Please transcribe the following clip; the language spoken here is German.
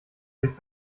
sich